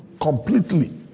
completely